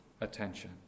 attention